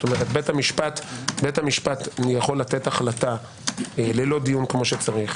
בית המשפט יכול לתת החלטה ללא דיון כמו שצריך,